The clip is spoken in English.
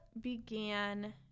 began